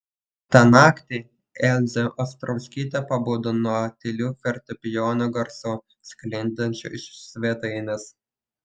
tą naktį elzė ostrovskytė pabudo nuo tylių fortepijono garsų sklindančių iš svetainės